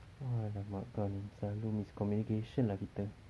!alamak! kau ni selalu miscommunication lah kita